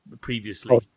previously